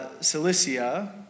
Cilicia